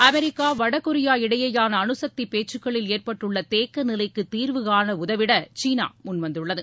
America வடகொரியா இடையேயான அனுகக்தி பேச்சுக்களில் ஏற்பட்டுள்ள தேக்க நிலைக்கு தீர்வுகாண உதவிட சீனா முன்வந்துள்ளது